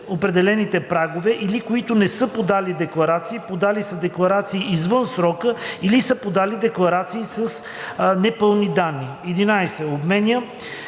определените прагове или които не са подали декларации, подали са декларации извън срока или са подали декларации с непълни данни; 11. обменя